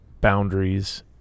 boundaries